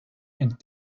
and